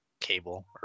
cable